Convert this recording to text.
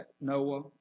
Noah